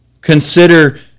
consider